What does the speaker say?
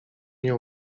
nie